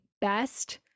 best